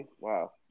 Wow